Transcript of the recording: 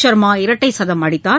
ஷர்மா இரட்டை சதம் அடித்தார்